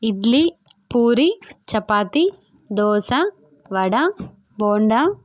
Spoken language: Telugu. ఇడ్లీ పూరి చపాతి దోశ వడ బోండా